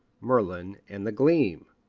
merlin and the gleam.